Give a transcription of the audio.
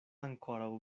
ankoraŭ